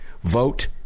Vote